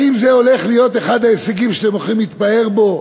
האם זה הולך להיות אחד ההישגים שאתם הולכים להתפאר בו?